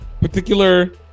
particular